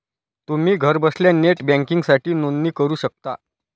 तुम्ही घरबसल्या नेट बँकिंगसाठी नोंदणी करू शकता